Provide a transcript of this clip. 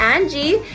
Angie